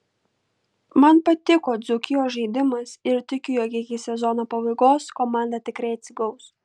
man patiko dzūkijos žaidimas ir tikiu jog iki sezono pabaigos komanda tikrai atsigaus